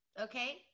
Okay